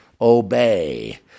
obey